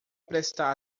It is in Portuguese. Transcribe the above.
prestar